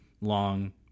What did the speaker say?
long